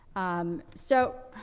um, so